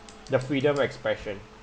the freedom of expression